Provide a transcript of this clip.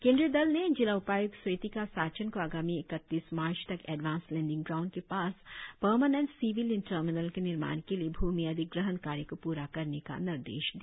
केंद्रीय दल ने जिला उपाय्क्त स्वेतिका सचान को आगामी इकतीस मार्च तक एडवांस लैंडिंग ग्राउंड के पास परमानेंट सिविलियन टर्मिनल के निर्माण के लिए भ्रमि अधिग्रहण कार्य को पूरा करने का निर्देश दिया